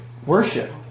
Worship